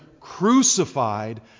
crucified